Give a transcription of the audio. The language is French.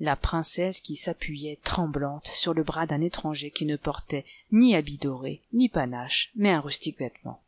la princesse qui s'appuyait tremblante sur le bras d'un étranger qui ne portait ni habits dorés ni panache mais un rustique vêtement